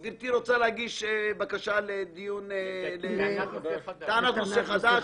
גברתי רוצה להגיש טענת נושא חדש,